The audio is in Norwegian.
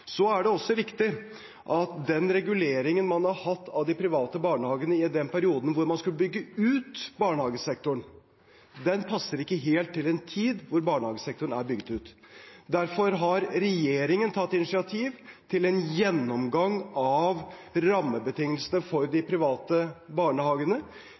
Så er det også riktig at den reguleringen man har hatt av de private barnehagene i den perioden hvor man skulle bygge ut barnehagesektoren, passer ikke helt til en tid hvor barnehagesektoren er bygget ut. Derfor har regjeringen tatt initiativ til en gjennomgang av rammebetingelsene for de private barnehagene.